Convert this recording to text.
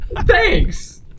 Thanks